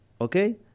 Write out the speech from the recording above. Okay